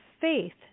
faith